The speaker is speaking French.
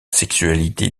sexualité